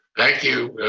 thank you,